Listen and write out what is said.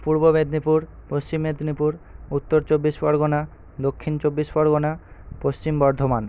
পূর্ব মেদিনীপুর পশ্চিম মেদিনীপুর উত্তর চব্বিশ পরগনা দক্ষিণ চব্বিশ পরগনা পশ্চিম বর্ধমান